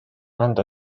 anda